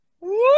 Woo